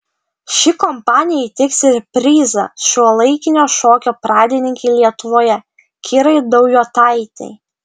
ši kompanija įteiks ir prizą šiuolaikinio šokio pradininkei lietuvoje kirai daujotaitei